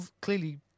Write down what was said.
clearly